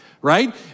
Right